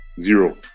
zero